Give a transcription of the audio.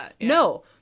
No